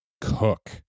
cook